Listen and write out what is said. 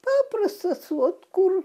paprastas ot kur